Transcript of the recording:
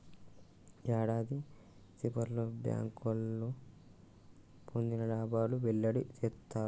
యాడాది సివర్లో బ్యాంకోళ్లు పొందిన లాబాలు వెల్లడి సేత్తారు